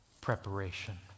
preparation